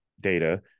data